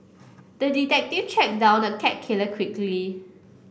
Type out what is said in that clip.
the detective tracked down the cat killer quickly